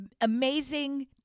amazing